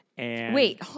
Wait